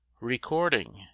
Recording